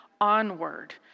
onward